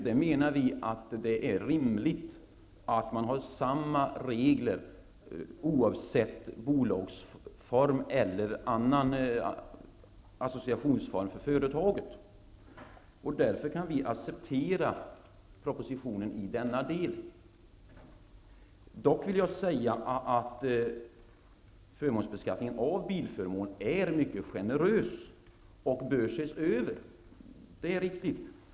Vi menar att det är rimligt att, oavsett bolagsform eller annan associationsform för företaget i fråga, ha samma regler. Därför kan vi acceptera propositionen i denna del. Jag vill dock säga att beskattningen av bilförmåner är mycket generös. Reglerna bör ses över.